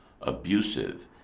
abusive